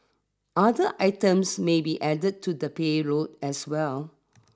other items may be added to the payload as well